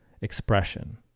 expression